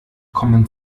kommen